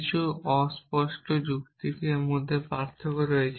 কিছু অস্পষ্ট যুক্তিতে এর মধ্যে পার্থক্য রয়েছে